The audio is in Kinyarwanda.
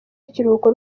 w’ikiruhuko